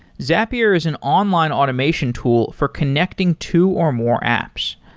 zapier is an online automation tool for connecting two or more apps.